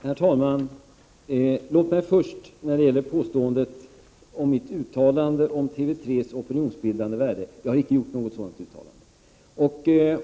Herr talman! Låt mig först när det gäller påståendet om mitt uttalande angående TV 3:s opinionsbildande värde säga att jag inte gjort något sådant uttalande.